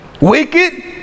Wicked